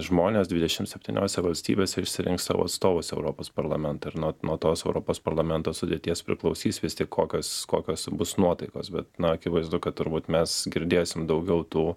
žmonės dvidešim septyniose valstybėse išsirinks savo atstovus į europos parlamentą ir nuo nuo tos europos parlamento sudėties priklausys vis tik kokios kokios bus nuotaikos bet na akivaizdu kad turbūt mes girdėsim daugiau tų